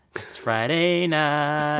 it's friday night,